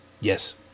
Yes